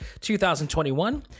2021